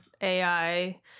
ai